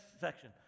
section